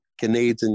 Canadian